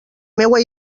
meua